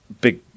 big